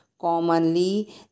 Commonly